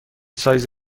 سایز